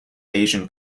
asian